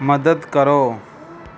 ਮਦਦ ਕਰੋ